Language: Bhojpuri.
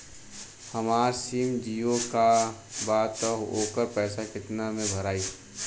हमार सिम जीओ का बा त ओकर पैसा कितना मे भराई?